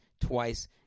twice